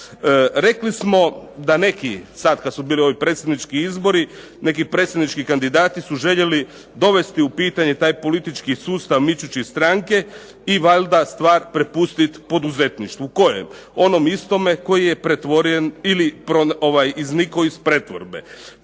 Rekli smo da neki, sad kad su bili ovi predsjednički izbori, neki predsjednički kandidati su željeli dovesti u pitanje taj politički sustav mičući stranke i valjda stvar prepustiti poduzetništvu. Kojem? Onom istome koji je pretvoren